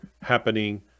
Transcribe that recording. happening